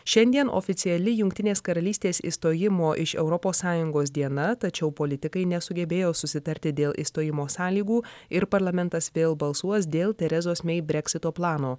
šiandien oficiali jungtinės karalystės išstojimo iš europos sąjungos diena tačiau politikai nesugebėjo susitarti dėl išstojimo sąlygų ir parlamentas vėl balsuos dėl terezos mei breksito plano